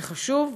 זה חשוב,